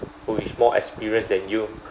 who is more experienced than you